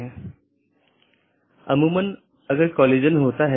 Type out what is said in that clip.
जिसके माध्यम से AS hops लेता है